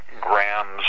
Grams